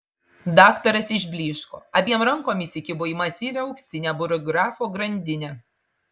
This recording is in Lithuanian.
daktaras išblyško abiem rankom įsikibo į masyvią auksinę burggrafo grandinę